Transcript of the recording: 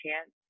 chance